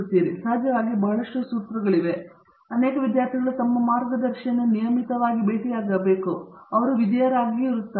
ಆದ್ದರಿಂದ ನಾನು ಸಹಜವಾಗಿ ಬಹಳಷ್ಟು ಸೂತ್ರಗಳನ್ನು ಪಡೆಯುತ್ತೇನೆ ಅನೇಕ ವಿದ್ಯಾರ್ಥಿಗಳು ತಮ್ಮ ಮಾರ್ಗದರ್ಶಿಯನ್ನು ನಿಯಮಿತವಾಗಿ ಪೂರೈಸಬೇಕು ಎಂದು ವಿಧೇಯರಾಗುತ್ತಾರೆ